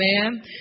Amen